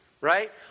right